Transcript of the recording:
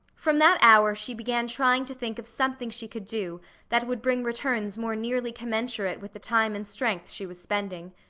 from that hour she began trying to think of something she could do that would bring returns more nearly commensurate with the time and strength she was spending.